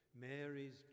Mary's